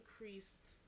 increased